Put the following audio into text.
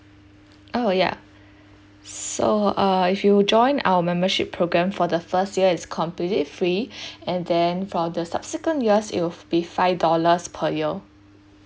oh yeah so uh if you join our membership program for the first year is completely free and then for the subsequent years it would be five dollars per year